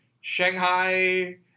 Shanghai